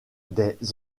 des